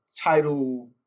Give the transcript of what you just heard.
title